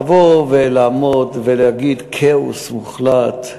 לבוא ולעמוד ולהגיד "כאוס מוחלט"